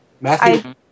Matthew